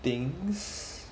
things